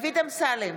דוד אמסלם,